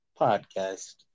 podcast